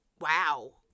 wow